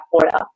Florida